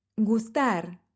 Gustar